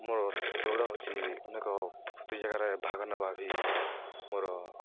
ମୋର ଦୌଡ଼ ହେଉଛି ଅନେକ ପ୍ରତି ଜାଗାରେ ଭାଗ ନେବା ବି ମୋର